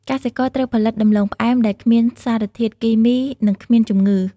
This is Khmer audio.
កសិករត្រូវផលិតដំឡូងផ្អែមដែលគ្មានសារធាតុគីមី និងគ្មានជំងឺ។